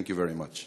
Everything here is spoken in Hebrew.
Thank you very much.